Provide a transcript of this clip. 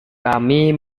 kami